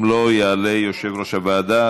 אם לא, יעלה יושב-ראש הוועדה.